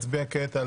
נתקבלה.